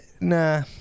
nah